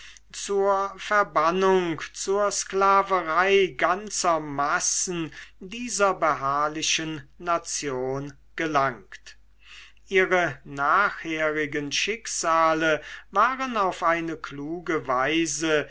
zur verbannung zur sklaverei ganzer massen dieser beharrlichen nation gelangt ihre nachherigen schicksale waren auf eine kluge weise